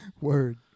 Word